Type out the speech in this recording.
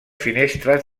finestres